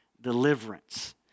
deliverance